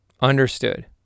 Understood